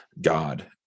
God